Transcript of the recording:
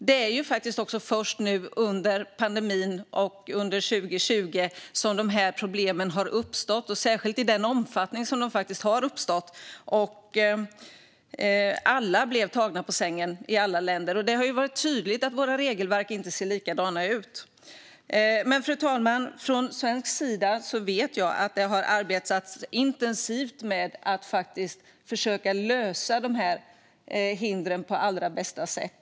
Det är först nu med pandemin under 2020 som problemen har uppstått - särskilt i den omfattning de har uppstått. Alla blev tagna på sängen i alla länder. Det har varit tydligt att våra regelverk inte ser likadana ut. Fru talman! Jag vet att det från svensk sida har arbetats intensivt med att försöka lösa problemen med hindren på allra bästa sätt.